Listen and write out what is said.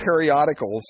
periodicals